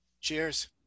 Cheers